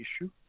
issue